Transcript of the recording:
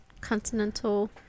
Continental